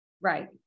Right